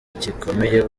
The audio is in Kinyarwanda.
gikomeye